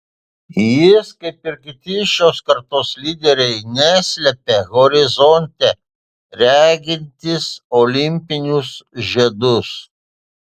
jis kaip ir kiti šios kartos lyderiai neslepia horizonte regintys olimpinius žiedus